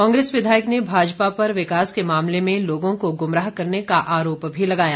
कांग्रेस विधायक ने भाजपा पर विकास के मामले में लोगों को गुमराह करने का आरोप भी लगाया